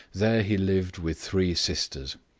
there he lived with three sisters,